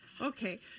Okay